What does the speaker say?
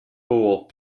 fool